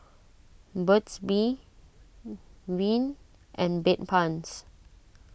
Burt's Bee Rene and Bedpans